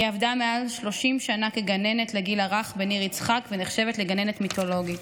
היא עבדה מעל 30 שנה כגננת לגיל הרך בניר יצחק ונחשבת לגננת מיתולוגית.